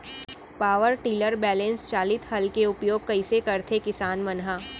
Power tiller बैलेंस चालित हल के उपयोग कइसे करथें किसान मन ह?